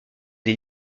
des